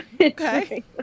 Okay